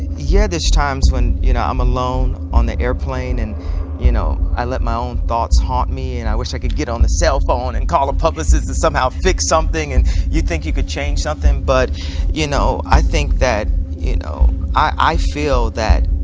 yeah there's times when you know i'm alone on the airplane and you know i let my own thoughts haunt me and i wish i could get on the cell phone and call the publicist and somehow fix something and you think you could change something, but you know i think that you know i feel that